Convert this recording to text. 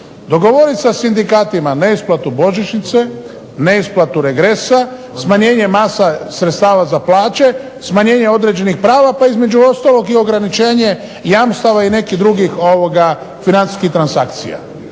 dogovoriti sa sindikatima neisplatu božićnice, neisplatu regresa, smanjenje masa sredstava za plaće, smanjenje određenih prava pa između ostalog i ograničenje jamstava i nekih drugih financijskih transakcija.